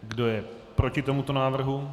Kdo je proti tomuto návrhu?